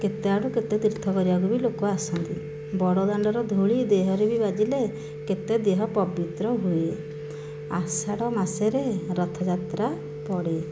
କେତେଆଡ଼ୁ କେତେ ତୀର୍ଥ କରିବାକୁ ବି ଲୋକ ଆସନ୍ତି ବଡ଼ଦାଣ୍ଡର ଧୁଳି ଦେହରେ ବି ବାଜିଲେ କେତେ ଦେହ ପବିତ୍ର ହୁଏ ଆଷାଢ଼ ମାସରେ ରଥଯାତ୍ରା ପଡ଼େ